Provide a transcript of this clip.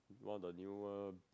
one of the newer